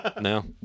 No